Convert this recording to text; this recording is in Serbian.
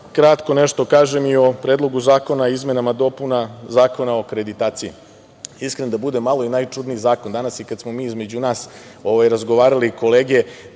kratko nešto kažem i o Predlogu zakona o izmenama i dopunama Zakona o akreditaciji. Iskren da budem, malo i najčudniji zakon danas. Kad smo mi između nas razgovarali, kolege,